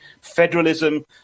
federalism